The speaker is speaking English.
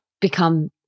become